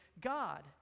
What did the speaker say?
God